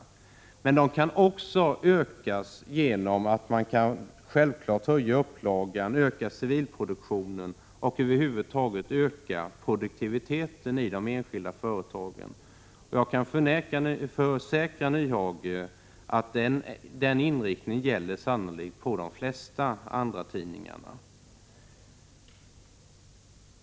Men intäkterna kan självfallet också ökas genom att man höjer upplagan, ökar civilproduktionen och över huvud taget ökar produktiviteten i de enskilda företagen. Jag kan försäkra Hans Nyhage att den inriktningen sannolikt gäller på de flesta andratidningarna.